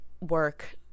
work